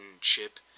chip